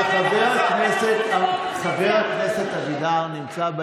חבר הכנסת אמסלם,